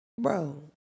Bro